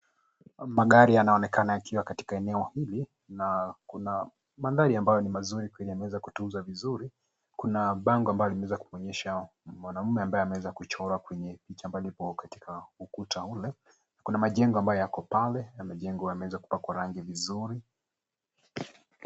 Magari yanaonekana yakiwa katika eneo hili na kuna mandhari ambayo ni mazuri yenye yameweza kutunzwa vizuri. Kuna bango ambalo limeweza kumuonyesha mwanamume ambaye ameweza kuchorwa kwenye picha ambalo lipo katika ukuta ule. Kuna majengo ambayo yako pale yameweza kupakwa rangi nzuri.